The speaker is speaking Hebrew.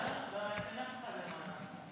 אין אף אחד למעלה.